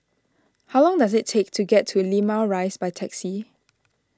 how long does it take to get to Limau Rise by taxi